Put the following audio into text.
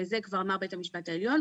וזה כבר אמר בית המשפט העליון,